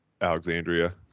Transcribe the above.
Alexandria